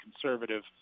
conservative